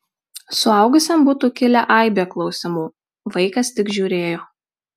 suaugusiam būtų kilę aibė klausimų vaikas tik žiūrėjo